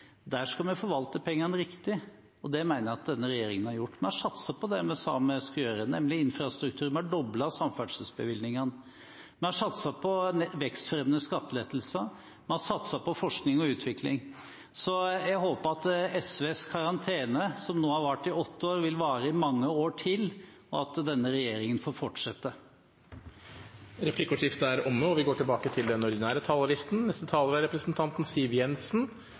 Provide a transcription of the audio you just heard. Der skal vi forvalte pengene riktig, og det mener jeg denne regjeringen har gjort. Vi har satset på det vi sa vi skulle gjøre, nemlig infrastruktur, vi har doblet samferdselsbevilgningene. Vi har satset på vekstfremmende skattelettelser, og vi har satset på forskning og utvikling. Jeg håper at SVs karantene, som nå har vart i åtte år, vil vare i mange år til, og at denne regjeringen får fortsette. Replikkordskiftet er omme. Fremskrittspartiet har valgt å ta ansvar i en krevende tid. Det er